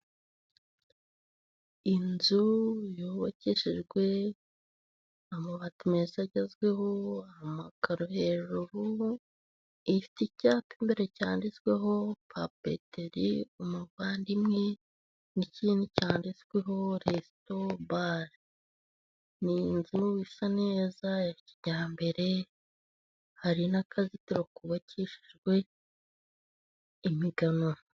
Inzu yubakishijwe amabati meza agezweho, amakaro hejuru. Ifite icyapa imbere cyanditsweho papeteri Umuvandimwe, n'ikindi cyaditsweho resitobale. Ni inzu isa neza ya kijyambere, hari n'akazitiro kubabakishijwe imigano.